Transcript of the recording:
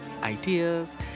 ideas